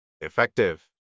effective